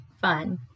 fun